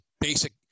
basic